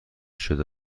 شده